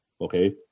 Okay